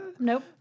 Nope